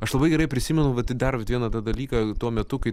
aš labai gerai prisimenu vat dar vieną tą dalyką tuo metu kai